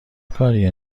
کاریه